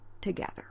together